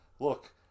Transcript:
Look